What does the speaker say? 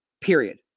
Period